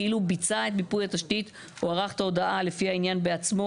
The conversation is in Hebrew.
כאילו ביצע את מיפוי התשתית או ערך את ההודעה לפי העניין בעצמו".